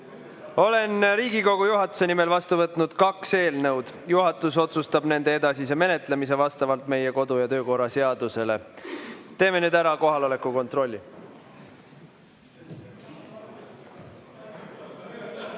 Olen Riigikogu juhatuse nimel vastu võtnud kaks eelnõu. Juhatus otsustab nende edasise menetlemise vastavalt meie kodu‑ ja töökorra seadusele. Teeme nüüd ära kohaloleku kontrolli.